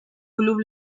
club